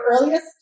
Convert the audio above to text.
earliest